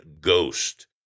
ghost